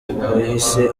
wahise